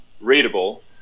readable